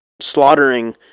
slaughtering